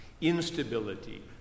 Instability